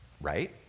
right